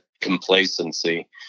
complacency